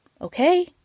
Okay